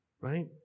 Right